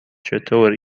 چطور